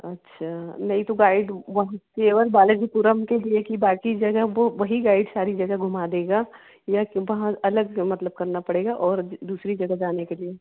अच्छा नहीं तो गाइड वहाँ केवल बालाजीपुरम के लिए ही बाकी जगह वह वही गाइड सारी जगह घुमा देगा या के वहाँ अलग से मतलब करना पड़ेगा और दूसरी जगह जाने के लिए